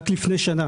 רק לפני שנה